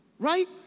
right